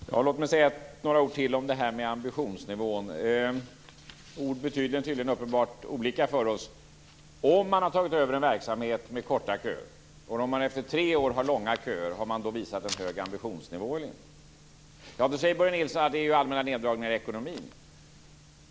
Herr talman! Låt mig säga några ord till om detta med ambitionsnivån. Ord har uppenbarligen olika betydelser för oss. Om man har tagit över en verksamhet med korta köer och det efter tre år är långa köer, har man då visat en hög ambitionsnivå eller inte? Börje Nilsson säger att det beror på den allmänna neddragningen i ekonomin.